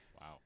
Wow